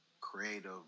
creative